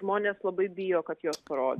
žmonės labai bijo kad juos parodys